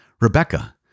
Rebecca